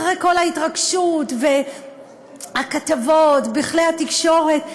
אחרי כל ההתרגשות והכתבות בכלי התקשורת,